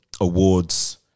awards